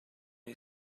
you